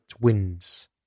winds